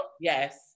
Yes